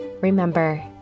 Remember